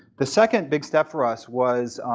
the second big step for us was